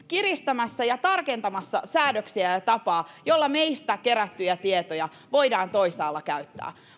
kiristämässä ja tarkentamassa säädöksiä ja tapaa jolla meistä kerättyjä tietoja voidaan toisaalla käyttää